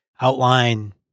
outline